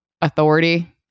authority